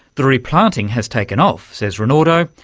the replanting has taken off, says rinauldo,